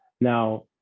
Now